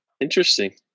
Interesting